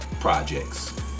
projects